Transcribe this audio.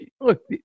look